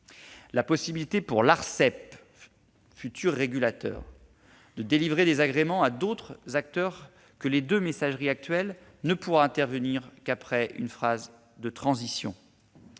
la possibilité pour l'Arcep, futur régulateur, de délivrer des agréments à d'autres acteurs que les deux opérateurs actuels ne pourra intervenir qu'après une phase de transition.